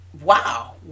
wow